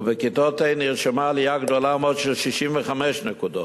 ובכיתות ה' נרשמה עלייה גדולה מאוד של 65 נקודות.